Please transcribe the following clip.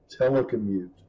Telecommute